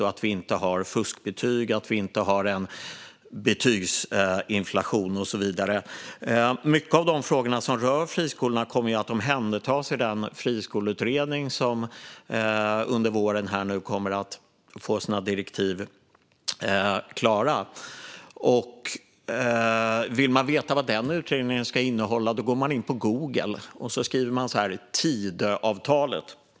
Vi ska inte ha fuskbetyg, betygsinflation och så vidare. Många av de frågor som rör friskolorna kommer att omhändertas i den friskoleutredning som kommer att få sina direktiv under våren. Vill man veta vad den utredningen ska innehålla går man in på Google och skriver "Tidöavtalet".